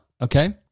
okay